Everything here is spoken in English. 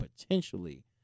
potentially